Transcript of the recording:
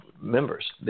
members